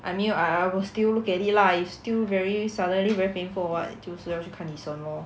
I mean I I will still look at it lah if still very suddenly very painful or what 就是要去看医生 lor